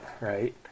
right